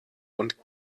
und